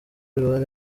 uruhare